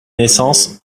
naissance